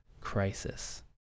crisis